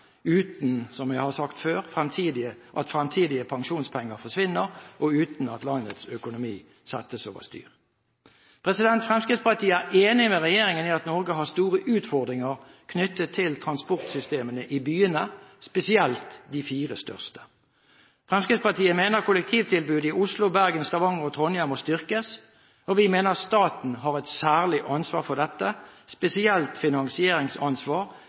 uten at – som jeg har sagt før – fremtidige pensjonspenger forsvinner, og uten at landets økonomi settes over styr. Fremskrittspartiet er enig med regjeringen i at Norge har store utfordringer knyttet til transportsystemene i byene, spesielt de fire største. Fremskrittspartiet mener kollektivtilbudet i Oslo, Bergen, Stavanger og Trondheim må styrkes, og vi mener staten har et særlig ansvar for dette, spesielt når det gjelder finansieringsansvar